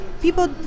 People